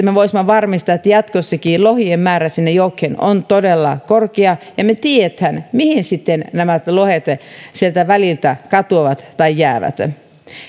me voisimme varmistaa että jatkossakin lohien määrä sinne jokeen on todella korkea ja me tiedämme mihin lohet sieltä väliltä katoavat tai jäävät